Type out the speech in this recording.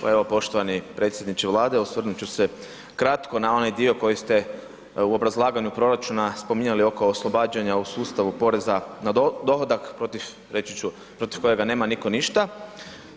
Pa evo poštovani predsjedniče Vlade, osvrnut ću se kratko na onaj dio koji ste u obrazlaganju proračuna spominjali oko oslobađanja u sustavu poreza na dohodak protiv reći ću, protiv kojega nema nitko ništa